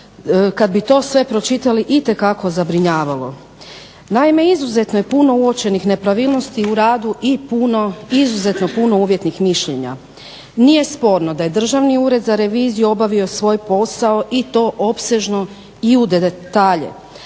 kada bi sve to pročitali itekako zabrinjavalo. Naime, izuzetno je puno uočenih nepravilnosti u radu i puno izuzetno puno uvjetnih mišljenja. Nije sporno da je Državni ured za reviziju obavio svoj posao i to opsežno i u detalje,